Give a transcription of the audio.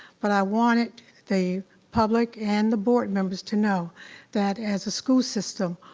but i wanted the public and the board members to know that as a school system,